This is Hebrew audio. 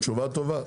טוב, תשובה טובה.